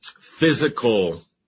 physical